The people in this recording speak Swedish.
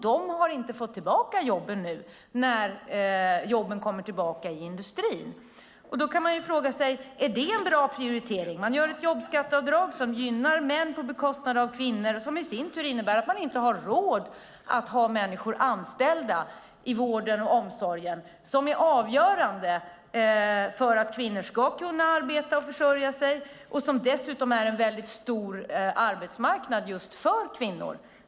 De har inte fått tillbaka sina jobb nu när jobben kommer tillbaka i industrin. Då kan man fråga sig: Är det en bra prioritering? Man gör ett jobbskatteavdrag som gynnar män på bekostnad av kvinnor och som i sin tur innebär att man inte har råd att ha människor anställda i vården och omsorgen, vilket är avgörande för att kvinnor ska kunna arbeta och försörja sig. Det är dessutom en väldigt stor arbetsmarknad för just kvinnor.